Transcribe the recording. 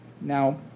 Now